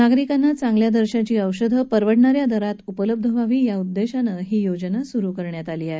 नागरिकांना चांगल्या दर्जाची औषधं परवडाणाऱ्या दरात उपलब्ध व्हावी या उद्देशानं ही मोहिम सुरु करण्यात आली आहे